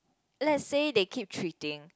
let say they keep treating